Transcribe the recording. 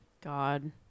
God